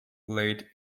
late